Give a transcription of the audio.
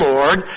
Lord